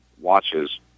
watches